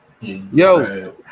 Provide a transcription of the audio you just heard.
yo